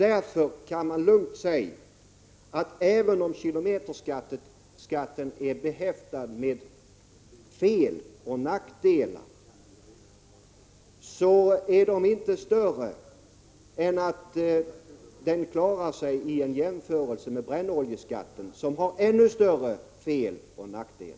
Därför kan man lugnt säga att även om kilometerskatten är behäftad med fel och nackdelar, är dessa inte större än att denna skatt klarar sigi jämförelse med brännoljeskatten, som har ännu större fel och nackdelar.